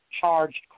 charged